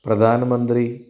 പ്രധാനമന്ത്രി